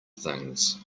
things